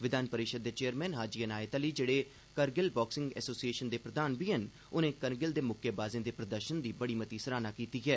विघान परिषद दे चेयरमै हाजी अनायत अली जेह्ड़े करगिल बाक्सिंग एसोसिएशन दे प्रधान बी हैन होरें करगिल दे मुक्केबाजें दे प्रदर्शन दी बड़ी मती सराहना कीती ऐ